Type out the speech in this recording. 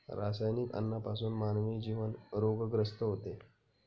रासायनिक अन्नापासून मानवी जीवन रोगग्रस्त होते